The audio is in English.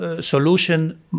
solution